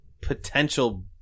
potential